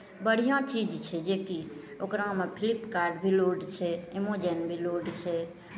बढ़िआँ चीज छै जे कि ओकरामे फ्लिपकार्ट भी लोड छै अमेजोन भी लोड छै